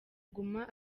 guma